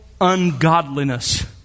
ungodliness